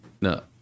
No